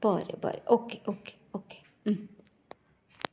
बरें बरें okay okay okay